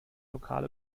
lokal